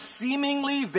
seemingly